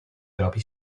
propri